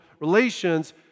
relations